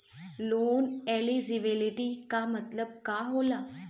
Loan eligibility का मतलब का होला?